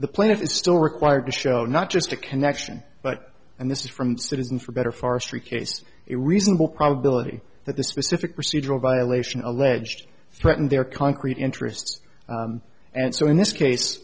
the plaintiff is still required to show not just a connection but and this is from citizens for better forestry cases it reasonable probability that the specific procedural violation alleged threatened their concrete interests and so in this case